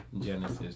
Genesis